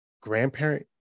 grandparent